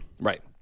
Right